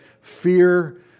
fear